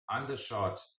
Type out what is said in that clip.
undershot